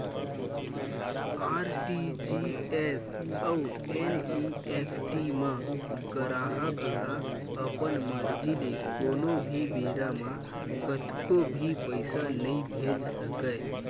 RTGS अउ NEFT म गराहक ह अपन मरजी ले कोनो भी बेरा म कतको भी पइसा नइ भेज सकय